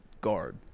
guard